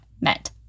met